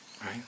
right